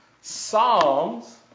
Psalms